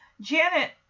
Janet